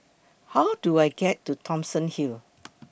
How Do I get to Thomson Hill